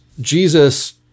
Jesus